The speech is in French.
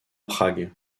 prague